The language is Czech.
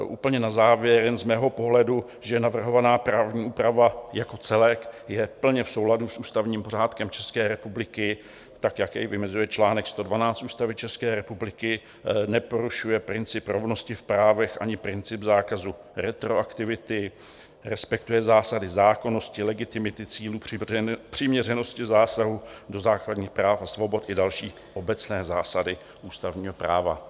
Úplně na závěr, jen z mého pohledu, že navrhovaná právní úprava jako celek je plně v souladu s ústavním pořádkem České republiky, tak jak jej vymezuje čl. 112 Ústavy České republiky, neporušuje princip rovnosti v právech ani princip zákazu retroaktivity, respektuje zásady zákonnosti, legitimity cílů, přiměřenosti zásahů do základních práv a svobod i další obecné zásady ústavního práva.